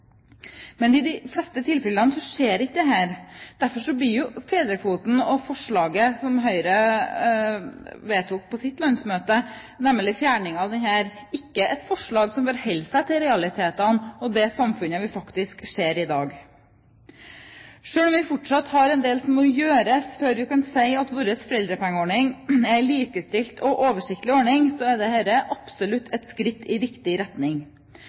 Men i de fleste tilfellene skjer ikke dette. Derfor blir forslaget som Høyre vedtok på sitt landsmøte, nemlig fjerning av fedrekvoten, ikke et forslag som forholder seg til realitetene og det samfunnet vi faktisk ser i dag. Selv om vi fortsatt har en del som må gjøres før vi kan si at vår foreldrepengeordning er en likestilt og oversiktlig ordning, er dette absolutt et skritt i riktig retning.